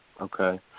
Okay